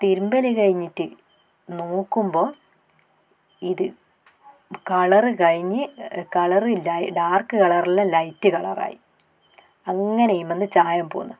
തിരുമ്പൽ കഴിഞ്ഞിട്ട് നോക്കുമ്പോൾ ഇത് കളറ് കഴിഞ്ഞ് കളറ് ഡാർക്ക് കളറെല്ലാം ലൈറ്റ് കളറായി അങ്ങനെ ഇതിമെന്നു ചായം പോകുന്നു